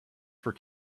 for